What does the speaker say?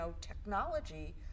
technology